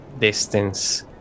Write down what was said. distance